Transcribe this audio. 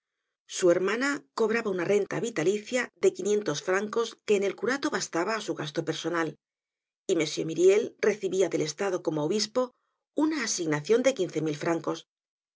su hermana cobraba una renta vitalicia de quinientos francos que en el curato bastaba á su gasto personal y m myriel recibia del estado como obispo una asignacion de quince mil francos